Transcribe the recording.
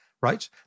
right